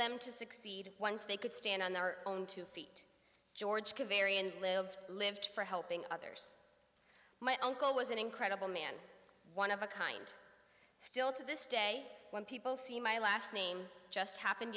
them to succeed once they could stand on their own two feet george varian lives lived for helping others my uncle was an incredible man one of a kind still to this day when people see my last name just happened